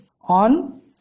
on